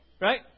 Right